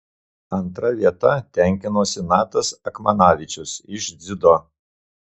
antra vieta tenkinosi natas akmanavičius iš dziudo